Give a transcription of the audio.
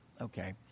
okay